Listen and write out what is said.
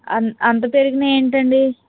అంత పెరిగినాయి ఏంటండి